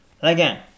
again